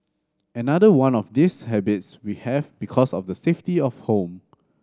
another one of these habits we have because of the safety of home